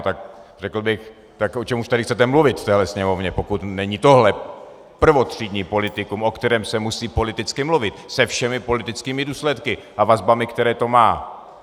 Tak řekl bych, tak o čem už tady chcete mluvit v téhle Sněmovně, pokud není tohle prvotřídní politikum, o kterém se musí politicky mluvit, se všemi politickými důsledky a vazbami, které to má?